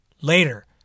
later